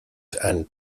and